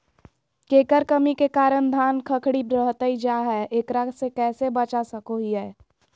केकर कमी के कारण धान खखड़ी रहतई जा है, एकरा से कैसे बचा सको हियय?